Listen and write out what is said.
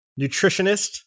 nutritionist